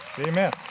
Amen